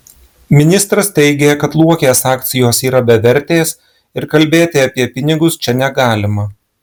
ministras teigė kad luokės akcijos yra bevertės ir kalbėti apie pinigus čia negalima